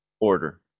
order